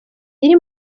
iri